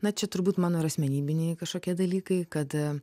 na čia turbūt mano ir asmenybiniai kažkokie dalykai kad